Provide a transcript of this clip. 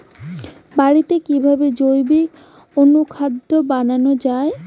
বাড়িতে কিভাবে জৈবিক অনুখাদ্য বানানো যায়?